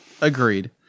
Agreed